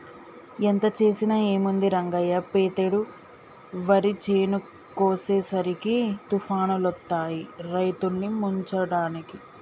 ఎంత చేసినా ఏముంది రంగయ్య పెతేడు వరి చేను కోసేసరికి తుఫానులొత్తాయి రైతుల్ని ముంచడానికి